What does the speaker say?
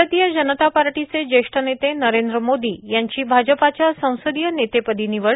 भारतीय जनता पार्टीचे ज्येष्ठ नेते नरेंद्र मोदी यांची भाजपाच्या संसदीय नेतेपदी निवड